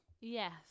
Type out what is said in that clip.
Yes